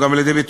ברושי.